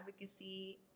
advocacy